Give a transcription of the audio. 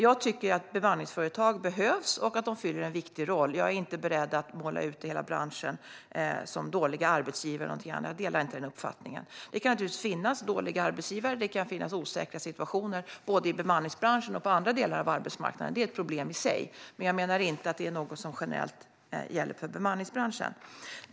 Jag tycker att bemanningsföretag behövs och att de spelar en viktig roll. Jag är inte beredd att måla ut hela branschen som bestående av dåliga arbetsgivare eller någonting annat. Jag delar inte den uppfattningen. Det kan naturligtvis finnas dåliga arbetsgivare, och det kan finnas osäkra situationer både i bemanningsbranschen och i andra delar av arbetsmarknaden - det är ett problem i sig - men jag menar inte att det är något som generellt gäller för bemanningsbranschen.